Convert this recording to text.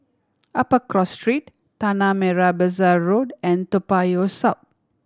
Upper Cross Street Tanah Merah Besar Road and Toa Payoh South